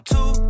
Two